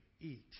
eat